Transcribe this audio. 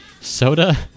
soda